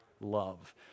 love